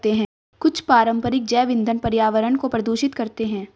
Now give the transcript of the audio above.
कुछ पारंपरिक जैव ईंधन पर्यावरण को प्रदूषित करते हैं